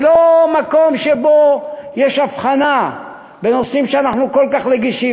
זה לא מקום שבו יש הבחנה בנושאים שאנחנו כל כך רגישים,